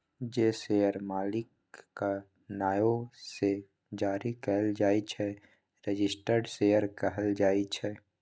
जे शेयर मालिकक नाओ सँ जारी कएल जाइ छै रजिस्टर्ड शेयर कहल जाइ छै